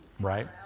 right